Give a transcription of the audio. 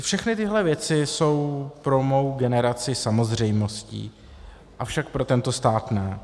Všechny tyhle věci jsou pro mou generaci samozřejmostí, avšak pro tento stát ne.